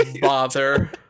bother